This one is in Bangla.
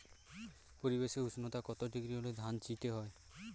পরিবেশের উষ্ণতা কত ডিগ্রি হলে ধান চিটে হয়?